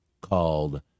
called